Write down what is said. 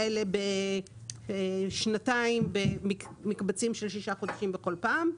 האלה בשנתיים במקבצים של שישה חודשים כל פעם.